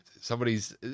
somebody's